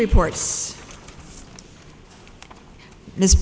reports this